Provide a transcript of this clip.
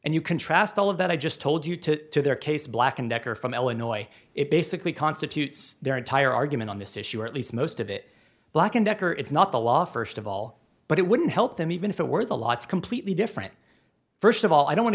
and you contrast all of that i just told you to their case black and decker from illinois it basically constitutes their entire argument on this issue or at least most of it black and decker it's not the law first of all but it wouldn't help them even if it were the lots completely different first of all i don't want